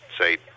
say